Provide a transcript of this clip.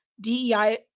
DEI